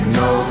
no